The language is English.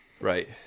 Right